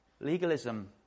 Legalism